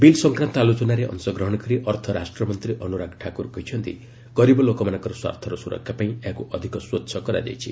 bill ସଂକ୍ରାନ୍ତ ଆଲୋଚନାରେ ଅଂଶଗ୍ରହଣ କରି ଅର୍ଥ ରାଷ୍ଟ୍ରମନ୍ତ୍ରୀ ଅନୁରାଗ ଠାକୁର କହିଛନ୍ତି ଗରିବ ଲୋକମାନଙ୍କ ସ୍ୱାର୍ଥର ସୁରକ୍ଷା ପାଇଁ ଏହାକୁ ଅଧିକ ସ୍ୱଚ୍ଛ କରାଯାଇଛି